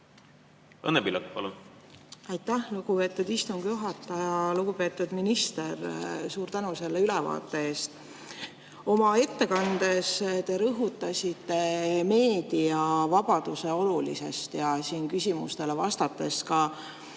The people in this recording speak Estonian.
Õnne Pillak, palun! Aitäh, lugupeetud istungi juhataja! Lugupeetud minister, suur tänu selle ülevaate eest! Oma ettekandes te rõhutasite meediavabaduse olulisust ja siin küsimustele vastates